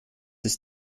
ist